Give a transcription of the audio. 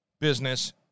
business